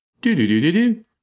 Do-do-do-do-do